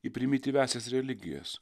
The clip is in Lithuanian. į primityviąsias religijas